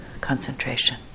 concentration